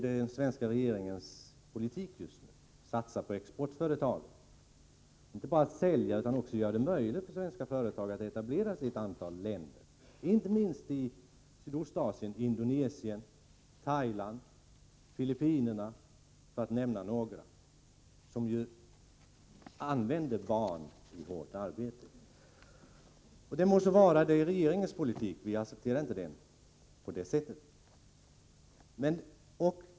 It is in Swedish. Den svenska regeringens politik i dag är att satsa på exportföretagen, inte bara för att sälja utan också för att göra det möjligt för svenska företag att etablera sig i ett antal länder. Det gäller inte minst Sydostasien — Indonesien, Thailand, Filippinerna, för att nämna några länder, där man använder barn i hårt arbete. Det må så vara att detta är regeringens politik. Vi accepterar inte den.